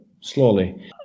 slowly